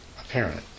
apparent